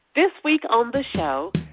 this week on the show,